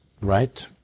right